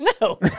no